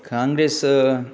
congress